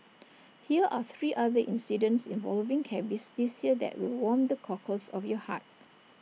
hear are three other incidents involving cabbies this year that will warm the cockles of your heart